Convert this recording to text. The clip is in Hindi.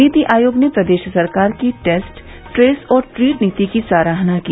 नीति आयोग ने प्रदेश सरकार की टेस्ट ट्रेस और ट्रीट नीति की सराहना की